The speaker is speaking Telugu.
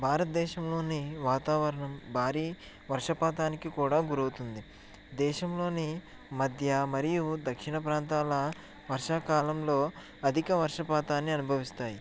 భారత దేశంలోని వాతావరణం భారీ వర్ష పాతానికి కూడా గురవుతుంది దేశంలోని మధ్య మరియు దక్షిణ ప్రాంతాల వర్షాకాలంలో అధిక వర్ష పాతాన్ని అనుభవిస్తాయి